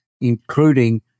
including